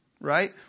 right